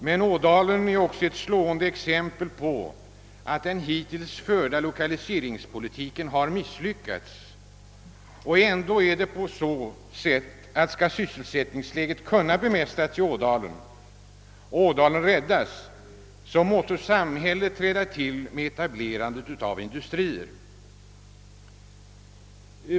Men Ådalen är också ett slående exempel på att den hittills förda lokaliseringspolitiken har misslyckats. Om sysselsättningsläget skall kunna bemästras i Ådalen och Ådalen räddas måste samhället träda till med etablerandet av industrier.